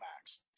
max